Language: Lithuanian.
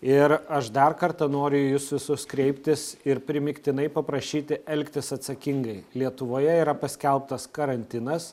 ir aš dar kartą noriu į jus visus kreiptis ir primygtinai paprašyti elgtis atsakingai lietuvoje yra paskelbtas karantinas